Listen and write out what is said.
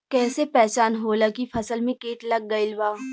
कैसे पहचान होला की फसल में कीट लग गईल बा?